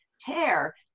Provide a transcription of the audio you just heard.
tear